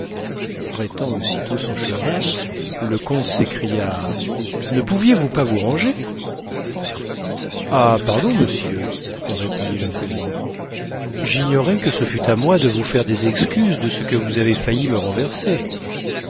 arrêtant aussitôt son cheval le comte s'écria ne pouviez-vous pas vous ranger ah pardon monsieur répondit l'inconnu j'ignorais que ce fût à moi de vous faire des excuses de ce que vous avez failli me renverser